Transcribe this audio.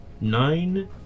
nine